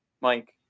Mike